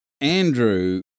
Andrew